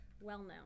well-known